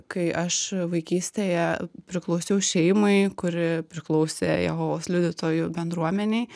kai aš vaikystėje priklausiau šeimai kuri priklausė jehovos liudytojų bendruomenei